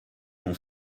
mon